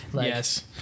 yes